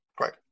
Right